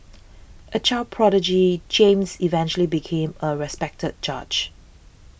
a child prodigy James eventually became a respected judge